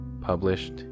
published